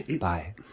Bye